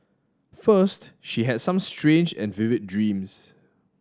first she had some strange and vivid dreams